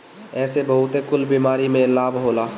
एसे बहुते कुल बीमारी में लाभ होला